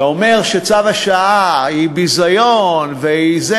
אתה אומר שהוראת השעה היא ביזיון והיא,